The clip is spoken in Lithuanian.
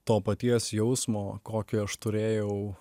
to paties jausmo kokį aš turėjau